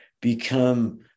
become